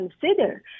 consider